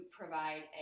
provide